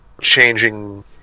changing